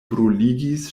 bruligis